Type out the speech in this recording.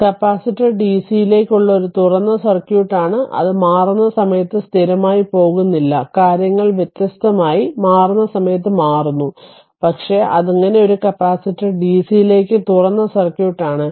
capacitor ഡിസിയിലേക്കുള്ള ഒരു തുറന്ന സർക്യൂട്ട് ആണ് അത് മാറുന്ന സമയത്ത് സ്ഥിരമായി പോകുന്നില്ല കാര്യങ്ങൾ വ്യത്യസ്തമായി മാറുന്ന സമയത്ത് മാറുന്നു പക്ഷേ അങ്ങനെ ഒരു കപ്പാസിറ്റർ ഡിസിയിലേക്ക് തുറന്ന സർക്യൂട്ട് ആണ്